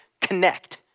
CONNECT